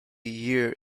year